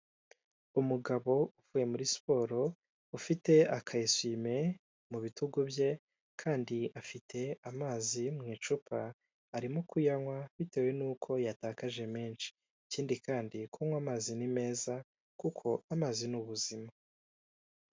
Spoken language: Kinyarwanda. Umugabo uvuye muri siporo, ufite akayesume mu bitugu bye kandi afite amazi mu icupa arimo kuyanywa, bitewe nuko yatakaje menshi. Ikindi kandi kunywa amazi ni meza kuko amazi ni ubuzima.